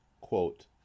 quote